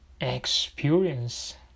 experience